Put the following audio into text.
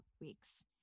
weeks